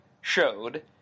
showed